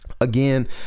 Again